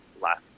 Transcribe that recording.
last